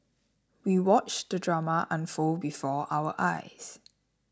we watched the drama unfold before our eyes